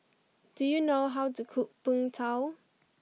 do you know how to cook Png Tao